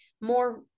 more